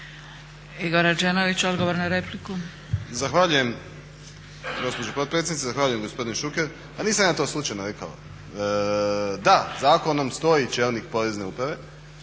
Igor (SDP)** Zahvaljujem. Zahvaljujem gospodine Šuker. Pa nisam ja to slučajno rekao. Da, zakonom stoji čelnik Porezne uprave